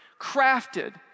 crafted